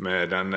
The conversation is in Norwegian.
med den